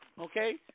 Okay